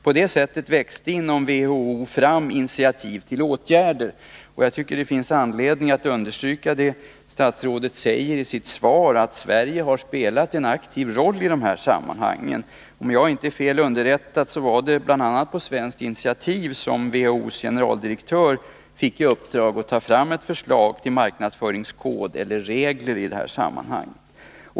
På det sättet växte inom WHO fram initiativ till åtgärder. Jag tycker att det finns anledning att understryka vad statsrådet säger i sitt svar, nämligen att Sverige har spelat en aktiv roll i dessa sammanhang. Om jag inte är fel underrättad var det bl.a. på svenskt initiativ som WHO:s generaldirektör fick i uppdrag att ta fram ett förslag till marknadsföringskod eller regler i detta sammanhang.